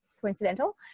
coincidental